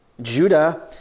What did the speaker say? Judah